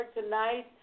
tonight